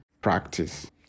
practice